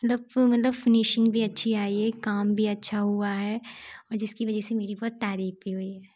मल्लब मतलब फिनिशिंग भी अच्छी आई है काम भी अच्छा हुआ है और जिसकी वजह से मेरी बहुत तारीफ़ भी हुई है